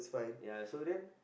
ya so then